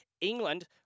England